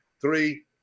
Three